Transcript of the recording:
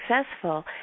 successful